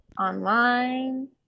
online